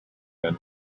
been